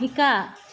শিকা